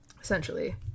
essentially